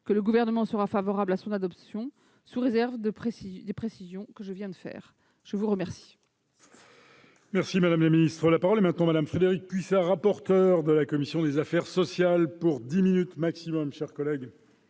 que le Gouvernement se montrera favorable à son adoption, sous réserve des précisions que je viens de faire. La parole